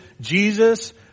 Jesus